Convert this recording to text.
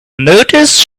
notice